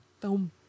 Boom